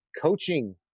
coaching